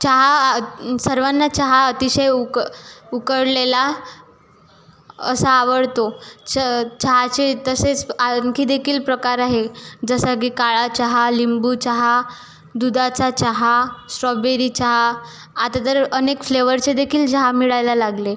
चहा सर्वांना चहा अतिशय उक उकळलेला असा आवडतो च चहाचे तसेच आणखी देखील प्रकार आहे जसं की काळा चहा लिंबू चहा दुधाचा चहा स्ट्रॉबेरी चहा आता तर अनेक फ्लेवरचे देखील चहा मिळायला लागले